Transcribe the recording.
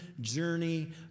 journey